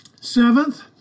Seventh